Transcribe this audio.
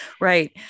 Right